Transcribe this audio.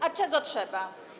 A czego trzeba?